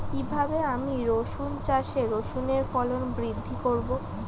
কীভাবে আমি রসুন চাষে রসুনের ফলন বৃদ্ধি করব?